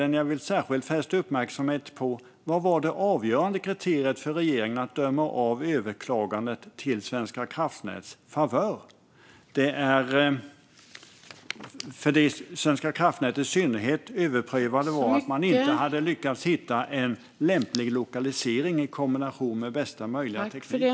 Den jag särskilt vill fästa uppmärksamhet på är: Vad var det avgörande kriteriet för regeringen att döma överklagandet till Svenska kraftnäts favör? Det som Svenska kraftnät i synnerhet överprövade var att man inte hade lyckats hitta en lämplig lokalisering i kombination med bästa möjliga teknik.